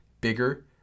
bigger